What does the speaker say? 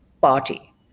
party